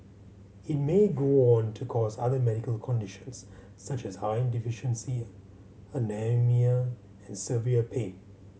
it may go on to cause other medical conditions such as iron deficiency anaemia and severe pain